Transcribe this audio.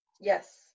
Yes